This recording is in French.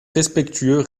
respectueux